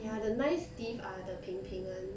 ya the nice teeth are the 平平 [one]